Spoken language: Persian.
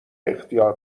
اختیار